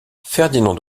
ferdinand